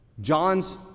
John's